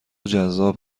جذاب